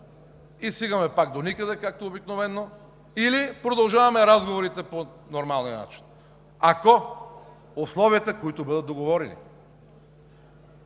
и стигаме пак доникъде, както обикновено, или продължаваме разговорите по нормалния начин. Ако условията, които бъдат договорени,